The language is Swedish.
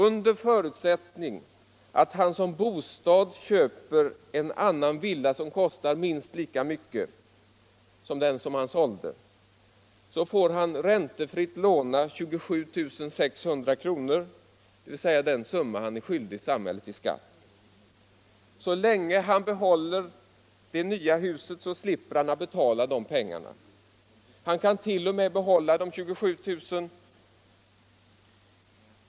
Under förutsättning att han som bostad köper en annan villa som kostar minst lika mycket som den han sålde, får han ”räntefritt låna” 27 6000 kr., dvs. den summa han är skyldig samhället i skatt. Så länge han behåller det nya huset slipper han betala de pengarna. Han kan t.o.m. behålla de 27 600 kr.